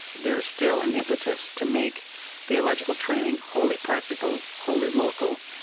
there is still an impetus to make theological training wholly practical, wholly local,